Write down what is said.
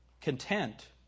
Content